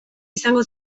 izango